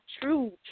true